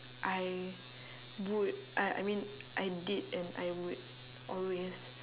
I would uh I mean I did and I would always